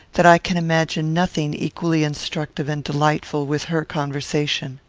that i can imagine nothing equally instructive and delightful with her conversation.